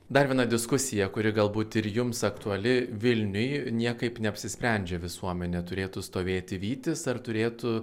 dar viena diskusija kuri galbūt ir jums aktuali vilniuj niekaip neapsisprendžia visuomenė turėtų stovėti vytis ar turėtų